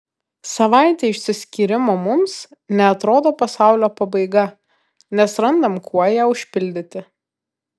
savaitė išsiskyrimo mums neatrodo pasaulio pabaiga nes randam kuo ją užpildyti